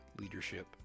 leadership